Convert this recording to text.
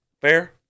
Fair